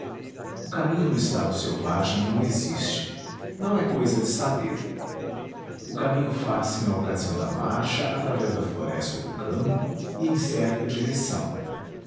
o caminho no estado selvagem não existe não é cousa de saber o caminho faz-se na ocasião da marcha através da floresta ou do campo e em certa direção